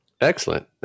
Excellent